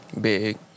Big